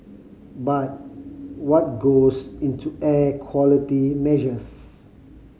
but what goes into air quality measures